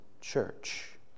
church